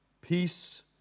Peace